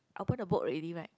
open the book already right